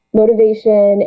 motivation